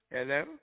Hello